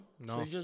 No